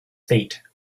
feet